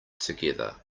together